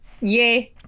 Yay